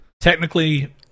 technically